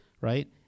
right